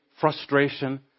frustration